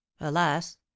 alas